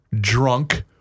drunk